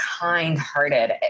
kind-hearted